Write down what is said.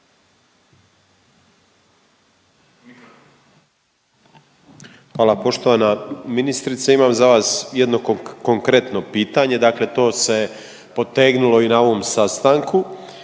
Hvala poštovana ministrice. Imam za vas jedno konkretno pitanje. Dakle, to se potegnulo i na ovom sastanku.